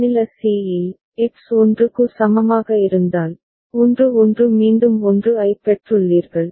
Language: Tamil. மாநில c இல் எக்ஸ் 1 க்கு சமமாக இருந்தால் 1 1 மீண்டும் 1 ஐப் பெற்றுள்ளீர்கள்